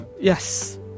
Yes